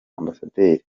ambasaderi